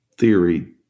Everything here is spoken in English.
theory